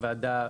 הוועדה